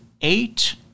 eight